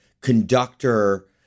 conductor